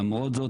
למרות זאת,